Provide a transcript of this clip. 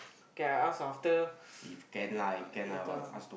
K I ask after uh later ah